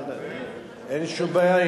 אין לי שום בעיה.